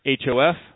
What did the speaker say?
HOF